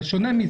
זה שונה מזה.